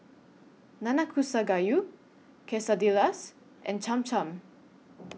Nanakusa Gayu Quesadillas and Cham Cham